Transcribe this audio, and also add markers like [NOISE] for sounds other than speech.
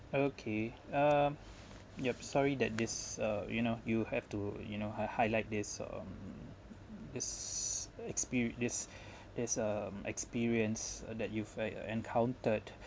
okay uh yup sorry that this uh you know you have to you know hi~ highlight this um this exper~ this [BREATH] is um experience uh that you've en~ encountered